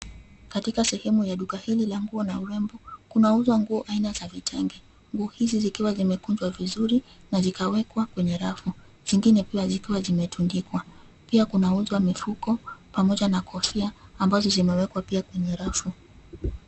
Katika sehemu ya duka hili la nguo na urembo, kunauzwa nguo aina za vitenge. Nguo hizi zikiwa zimekunjwa vizuri na zikawekwa kwenye rafu, zingine pia zikiwa zimetundikwa. Pia kunauzwa mifuko pamoja na kofia ambazo zimewekwa pia kwenye rafu.